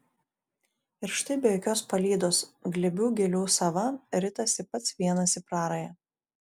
ir štai be jokios palydos glėbių gėlių sava ritasi pats vienas į prarają